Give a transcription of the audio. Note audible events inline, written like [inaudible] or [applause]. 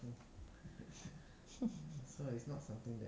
[laughs]